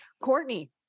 Courtney